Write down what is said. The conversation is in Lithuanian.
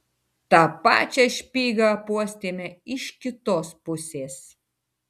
tą pačią špygą apuostėme iš kitos pusės